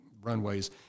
runways